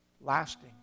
lasting